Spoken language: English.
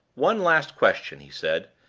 one last question, he said.